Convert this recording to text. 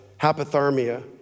hypothermia